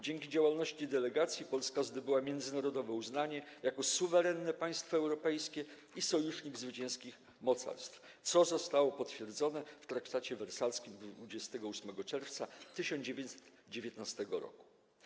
Dzięki działalności delegacji Polska zdobyła międzynarodowe uznanie jako suwerenne państwo europejskie i sojusznik zwycięskich mocarstw, co zostało potwierdzonego w traktacie wersalskim w dniu 28 czerwca 1919 r.